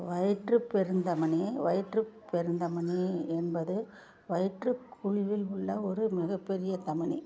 வயிற்றுப் பெருந்தமனி வயிற்றுப் பெருந்தமனி என்பது வயிற்றுக்குழியில் உள்ள ஒரு மிகப்பெரிய தமனி